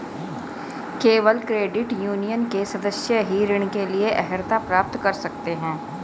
केवल credit union के सदस्य ही ऋण के लिए अर्हता प्राप्त कर सकते हैं